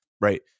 right